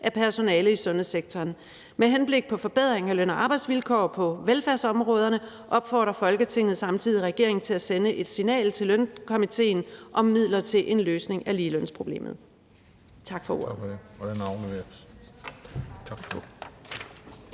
af personale i sundhedssektoren. Med henblik på forbedring af løn- og arbejdsvilkår på velfærdsområdet opfordrer Folketinget samtidig regeringen til at sende et signal til Ligelønskomitéen om midler til løsning af ligelønsproblemet.«